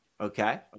Okay